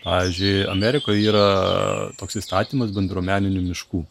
pavyzdžiui amerikoj yra toks įstatymas bendruomeninių miškų